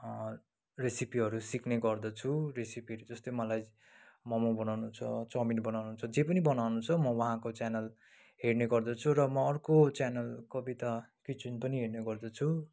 रेसिपीहरू सिक्ने गर्दछु रेसिपीहरू जस्तै मलाई मोमो बनाउनु छ चाउमिन बनाउनु छ जे पनि बनाउनु छ म उहाँको च्यानल हेर्ने गर्दछु र म अर्को च्यानल कविता किचन पनि हेर्ने गर्दछु